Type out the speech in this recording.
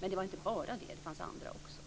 Men det var inte bara sådana - det fanns andra också.